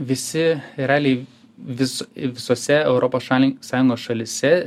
visi realiai vis visose europos šalin sąjungos šalyse